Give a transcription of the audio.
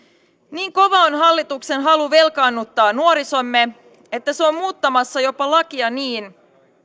niin kova on hallituksen halu velkaannuttaa nuorisomme että se on muuttamassa jopa lakia niin